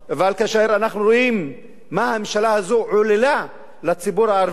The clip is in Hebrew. אבל כאשר אנחנו רואים מה הממשלה הזאת עוללה לציבור הערבי,